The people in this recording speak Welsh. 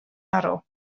arw